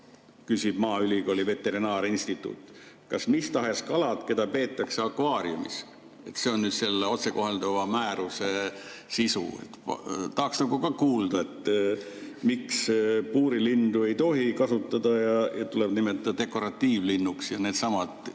küsib Maaülikooli veterinaarinstituut. Kas mis tahes kalad, keda peetakse akvaariumis? See on selle otsekohalduva määruse sisu. Tahaks ka kuulda, et miks "puurilindu" ei tohi kasutada ja teda tuleb nimetada dekoratiivlinnuks, ja need teised